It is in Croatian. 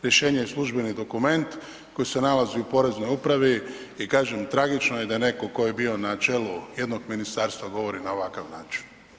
Rješenje je službeni dokument koji se nalazi u poreznoj upravi i kažem, tragično je da netko tko je bio na čelu jednog ministarstva govori na ovakav način.